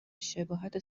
شباهت